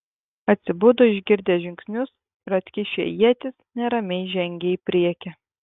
atsibudo išgirdę žingsnius ir atkišę ietis neramiai žengė į priekį